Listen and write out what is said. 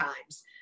times